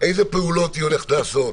איזה פעולות היא הולכת לעשות,